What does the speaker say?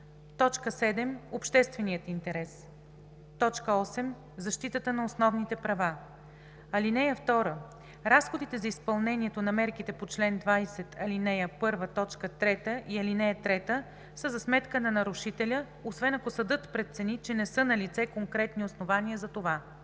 лица; 7. обществения интерес; 8. защитата на основни права. (2) Разходите за изпълнението на мерките по чл. 20, ал. 1, т. 3 и ал. 3 са за сметка на нарушителя, освен ако съдът прецени, че не са налице конкретни основания за това.